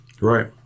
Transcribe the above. Right